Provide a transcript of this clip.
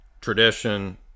tradition